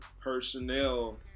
personnel